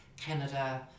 Canada